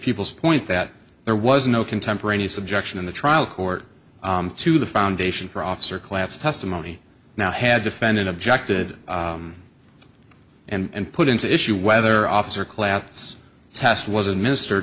people's point that there was no contemporaneous objection in the trial court to the foundation for officer class testimony now had defendant objected and put into issue whether officer class test was